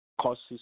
causes